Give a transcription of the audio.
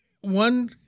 one